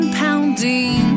pounding